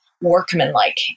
workmanlike